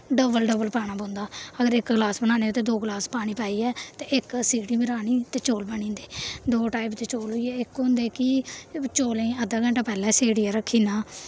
double double पाना पौंदा अगर इक ग्लास बनाने ते दो ग्लास पानी पाइयै ते इक सीटी मरानी ते चौल बनी जंदे दो टाइप दे चौल होई गै इक होंदे कि चौलें गी अद्धा घैंटा पैह्लें सेड़ियै रक्खी ओड़ना